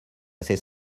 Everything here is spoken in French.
assez